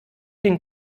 den